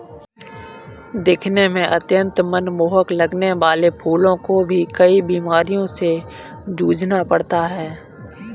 दिखने में अत्यंत मनमोहक लगने वाले फूलों को भी कई बीमारियों से जूझना पड़ता है